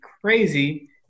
crazy